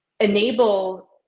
enable